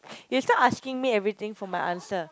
is not asking me everything for my answer